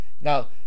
Now